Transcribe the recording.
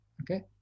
Okay